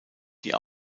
die